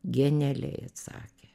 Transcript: genialiai atsakė